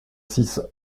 six